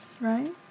Right